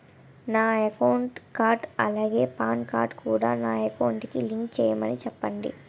నా ఆధార్ కార్డ్ అలాగే PAN card కూడా నా అకౌంట్ కి లింక్ చేయమని చెప్పండి